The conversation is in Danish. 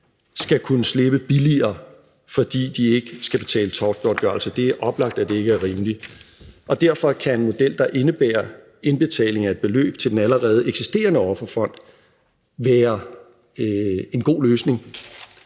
skal kunne slippe billigere, fordi vedkommende ikke skal betale tortgodtgørelse. Det er oplagt, at det ikke er rimeligt, og derfor kan en model, der indebærer indbetaling af et beløb til den allerede eksisterende Offerfond, være en god løsning.